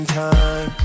time